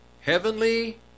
heavenly